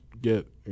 get